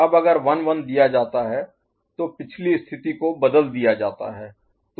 अब अगर 1 1 दिया जाता है तो पिछली स्थिति को बदल दिया जाता है